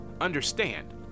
understand